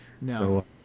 No